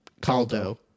Caldo